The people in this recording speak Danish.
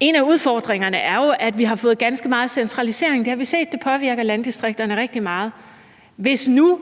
en af udfordringerne er jo, at vi har fået ganske meget centralisering. Det har vi set, og det påvirker landdistrikterne rigtig meget. Hvis nu